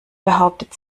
behauptet